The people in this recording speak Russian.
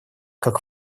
как